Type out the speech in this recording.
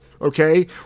okay